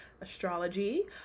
astrology